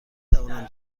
توانم